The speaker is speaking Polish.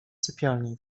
sypialni